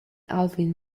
alvin